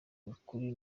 ukuri